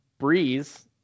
Breeze